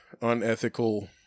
unethical